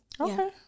Okay